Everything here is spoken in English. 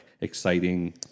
exciting